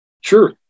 Sure